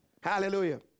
Hallelujah